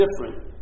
different